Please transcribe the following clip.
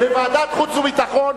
בוועדת חוץ וביטחון,